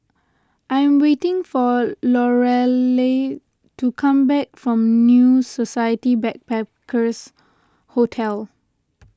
I am waiting for Lorelei to come back from New Society Backpackers' Hotel